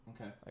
Okay